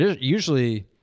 usually